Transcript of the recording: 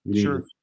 Sure